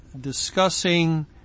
discussing